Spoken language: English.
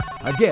Again